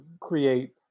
create